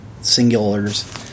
singulars